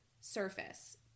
surface